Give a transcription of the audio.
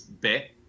bet